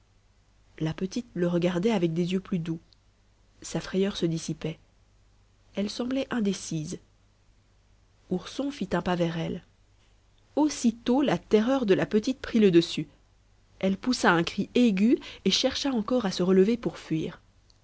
la petite le regardait avec des yeux plus doux sa frayeur se dissipait elle semblait indécise ourson fit un pas vers elle aussitôt la terreur de la petite prit le dessus elle poussa un cri aigu et chercha encore à se relever pour fuir